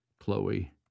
Chloe